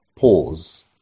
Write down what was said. pause